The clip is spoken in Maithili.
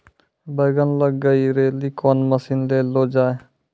बैंगन लग गई रैली कौन मसीन ले लो जाए?